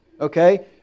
Okay